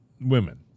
women